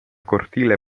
cortile